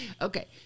Okay